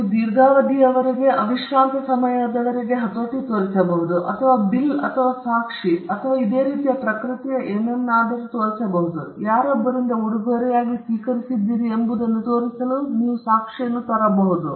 ನೀವು ದೀರ್ಘಾವಧಿಯವರೆಗೆ ಅವಿಶ್ರಾಂತ ಸಮಯದವರೆಗೆ ಹತೋಟಿ ತೋರಿಸಬಹುದು ಅಥವಾ ಬಿಲ್ ಅಥವಾ ಸಾಕ್ಷಿ ಅಥವಾ ಇದೇ ರೀತಿಯ ಪ್ರಕೃತಿಯ ಏನನ್ನಾದರೂ ತೋರಿಸಬಹುದು ನೀವು ಯಾರೊಬ್ಬರಿಂದ ಉಡುಗೊರೆಯಾಗಿ ಸ್ವೀಕರಿಸಿದ್ದೀರಿ ಎಂಬುದನ್ನು ತೋರಿಸಲು ನೀವು ಸಾಕ್ಷಿಯನ್ನು ಬೇರೆ ತರಬಹುದು